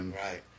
Right